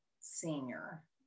senior